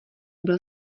byl